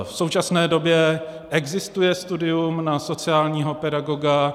V současné době existuje studium na sociálního pedagoga.